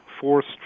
forced